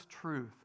truth